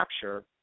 capture